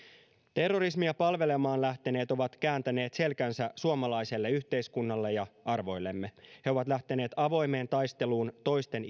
terrorismia palvelemaan lähteneet ovat kääntäneet selkänsä suomalaiselle yhteiskunnalle ja arvoillemme he ovat lähteneet avoimeen taisteluun toisten